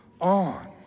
on